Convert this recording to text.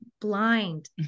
blind